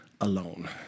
alone